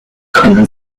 可能